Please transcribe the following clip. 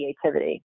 creativity